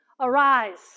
arise